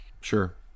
sure